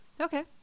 okay